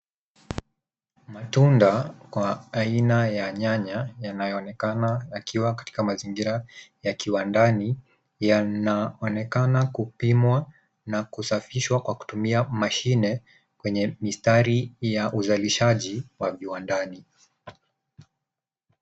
Matunda kwa aina ya nyanya yanayoonekana yakiwa katika mazingira ya kiwandani yanaonekana kupimwa na kusafishwa kwa kutumia mashine kwenye mistari ya uzalishaji wa viwandani.